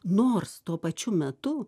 nors tuo pačiu metu